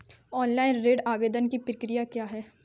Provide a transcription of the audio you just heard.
Online ऋण आवेदन की प्रक्रिया क्या है?